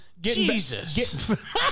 Jesus